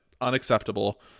unacceptable